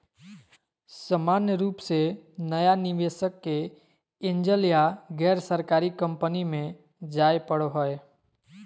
सामान्य रूप से नया निवेशक के एंजल या गैरसरकारी कम्पनी मे जाय पड़ो हय